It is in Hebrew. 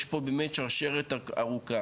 יש פה באמת שרשרת ארוכה.